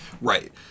Right